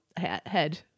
head